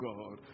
God